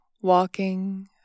walking